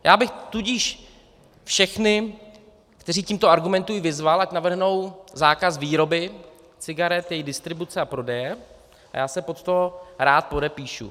Já bych tudíž všechny, kteří tímto argumentují, vyzval, ať navrhnou zákaz výroby cigaret, jejich distribuce a prodeje, a já se pod to rád podepíšu.